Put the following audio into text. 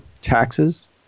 taxes